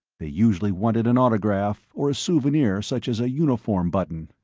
they usually wanted an autograph, or a souvenir such as a uniform button.